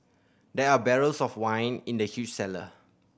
there are barrels of wine in the huge cellar